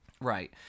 Right